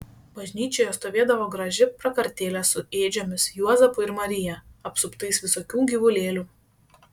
bažnyčioje stovėdavo graži prakartėlė su ėdžiomis juozapu ir marija apsuptais visokių gyvulėlių